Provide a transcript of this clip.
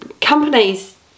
Companies